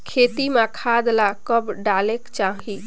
खेती म खाद ला कब डालेक चाही?